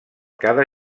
cada